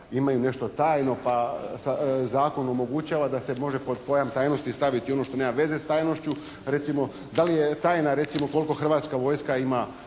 imaju nešto tajno pa zakon omogućava da se može pod pojam tajnosti staviti i ono što nema veze s tajnošću. Recimo da li je tajna recimo koliko Hrvatska vojska ima